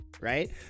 right